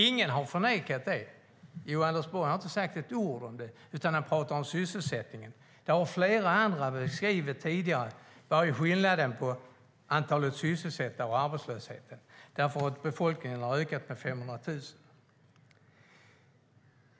Ingen har förnekat det, men Anders Borg har inte sagt ett ord om det utan i stället pratat om sysselsättningen. Flera andra har tidigare talat om skillnaden mellan antalet sysselsatta och arbetslöshet; befolkningen har ökat med 500 000.